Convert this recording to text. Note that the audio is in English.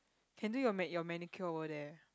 can do your ma~ your manicure over there